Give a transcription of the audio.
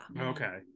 Okay